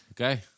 Okay